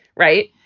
right.